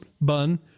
bun